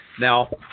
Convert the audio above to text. Now